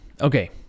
Okay